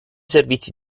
servizi